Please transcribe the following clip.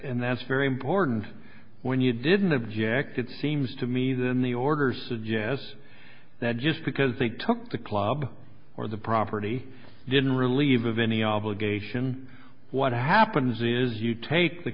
and that's very important when you didn't object it seems to me then the order suggests that just because they took the club or the property didn't relieve of any obligation what happens is you take the